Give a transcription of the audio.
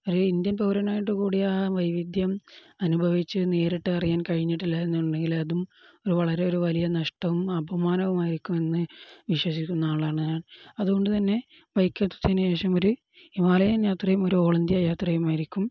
ഒരു ഇന്ത്യൻ പൗരനായിട്ടുകൂടി ആ വൈവിധ്യം അനുഭവിച്ചു നേരിട്ടറിയാൻ കഴിഞ്ഞിട്ടില്ല എന്നുണ്ടെങ്കില് അതും ഒരു വളരെ ഒരു വലിയ നഷ്ടവും അപമാനവുമായിരിക്കും എന്നു വിശ്വസിക്കുന്ന ആളാണ് ഞാൻ അതുകൊണ്ടുതന്നെ ബൈക്കെടുത്തതിനുശേഷം ഒരു ഹിമാലയൻ യാത്രയും ഒരു ഓള് ഇന്ത്യ യാത്രയുമായിരിക്കും